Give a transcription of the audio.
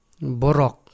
Borok